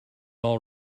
all